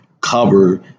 cover